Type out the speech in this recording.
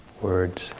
words